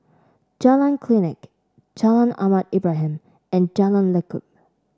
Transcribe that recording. Jalan Klinik Jalan Ahmad Ibrahim and Jalan Lekub